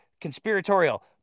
conspiratorial